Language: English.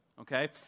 Okay